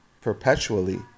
perpetually